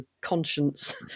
conscience